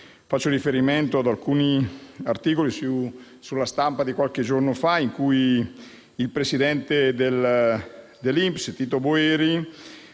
Faccio riferimento ad alcuni articoli di stampa di qualche giorno fa in cui il presidente dell'INPS, Tito Boeri,